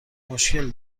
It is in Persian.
مشکل